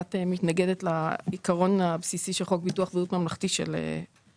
שקצת מתנגדת לעיקרון הבסיסי של חוק ביטוח בריאות ממלכתי של צדק,